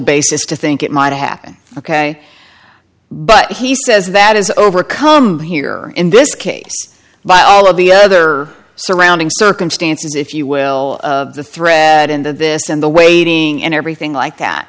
basis to think it might happen ok but he says that is overcome here in this case by all of the other surrounding circumstances if you will of the thread into this and the waiting and everything like that